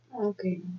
Okay